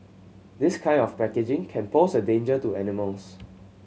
this kind of packaging can pose a danger to animals